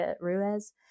Ruiz